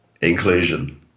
Inclusion